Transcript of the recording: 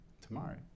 tomorrow